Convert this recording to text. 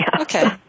Okay